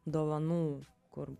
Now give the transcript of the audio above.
dovanų kur